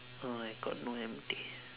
uh I got no empty